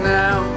now